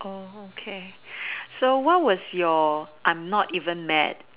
okay so what was your I'm not even mad